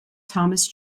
thomas